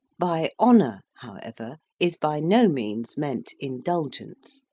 by honour, how ever, is by no means meant indulgence,